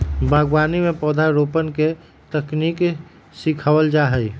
बागवानी में पौधरोपण के तकनीक सिखावल जा हई